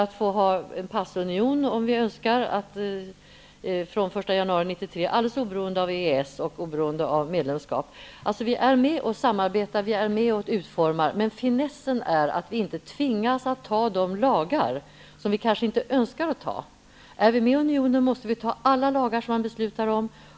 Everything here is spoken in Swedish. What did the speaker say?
Vi får en passunion, om vi önskar, den 1 januari 1993, alldeles oberoende av EES och oberoende av medlemskap. Vi är med och samarbetar, vi är med och utformar, men finessen är att vi inte tvingas att anta de lagar som vi kanske inte önskar anta. Är vi med i unionen måste vi anta alla lagar som man beslutar om.